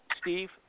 Steve